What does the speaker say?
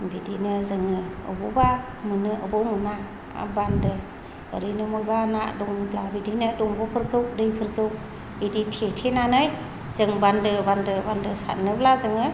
बिदिनो जोङो बबेयावबा मोनो बबेयावबा मोना बान्दो ओरैनो बहाबा ना दंब्ला बिदिनो दंग'फोरखौ दैफोरखौ बिदि थेथेनानै जों बान्दो बान्दो सारोब्ला जोङो